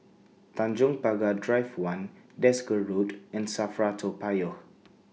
Tanjong Pagar Drive one Desker Road and SAFRA Toa Payoh